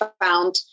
found